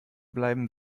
bleiben